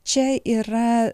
čia yra